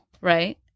Right